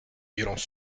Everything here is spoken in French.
violences